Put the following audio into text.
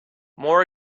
more